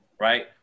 right